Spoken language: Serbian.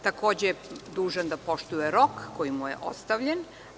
Takođe je dužan da poštuje rok koji mu je ostavljen.